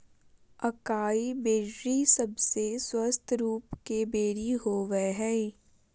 acai berry सबसे स्वस्थ रूप के बेरी होबय हइ